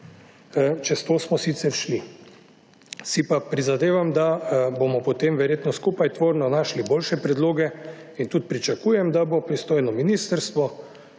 Čez to smo sicer šli. Si pa prizadevam, da bomo potem verjetno skupaj tvorno našli boljše predloge in tudi pričakujem, da bo pristojno ministrstvo,